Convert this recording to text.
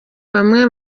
bamwe